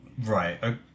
Right